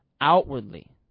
outwardly